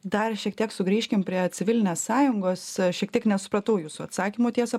dar šiek tiek sugrįžkim prie civilinės sąjungos šiek tiek nesupratau jūsų atsakymo tiesą